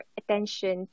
attention